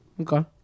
Okay